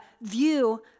view